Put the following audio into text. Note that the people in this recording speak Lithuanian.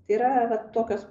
tai yra va tokios